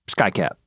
skycap